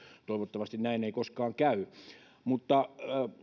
toivottavasti näin ei koskaan käy mutta